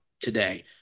today